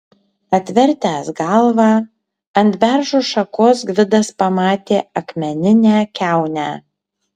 atvertęs galvą ant beržo šakos gvidas pamatė akmeninę kiaunę